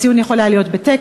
הציון יכול היה להיות בטקס,